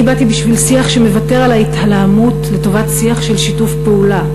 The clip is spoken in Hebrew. אני באתי בשביל שיח שמוותר על ההתלהמות לטובת שיח של שיתוף פעולה,